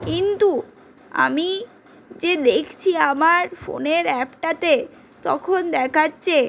কিন্তু আমি যে দেখছি আমার ফোনের অ্যাপটাতে তখন দেখাচ্ছে